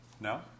no